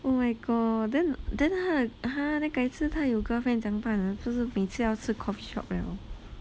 oh my god then then 他 !huh! then 改次他有 girlfriend 怎样办啊是不是每次要吃 coffeeshop liao